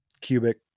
cubic